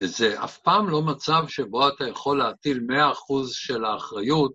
וזה אף פעם לא מצב שבו אתה יכול להטיל מאה אחוז של האחריות.